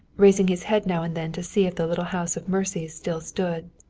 raising his head now and then to see if the little house of mercy still stood.